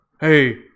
Hey